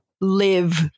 live